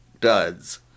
duds